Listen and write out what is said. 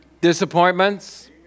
Disappointments